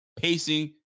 Pacing